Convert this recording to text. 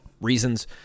reasons